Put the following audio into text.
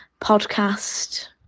podcast